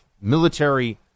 military